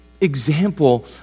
example